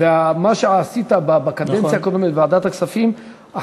ומה שעשית בקדנציה הקודמת בוועדת הכספים, נכון.